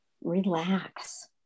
relax